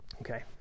Okay